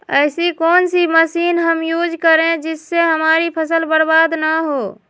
ऐसी कौन सी मशीन हम यूज करें जिससे हमारी फसल बर्बाद ना हो?